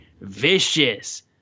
vicious